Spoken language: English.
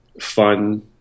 fun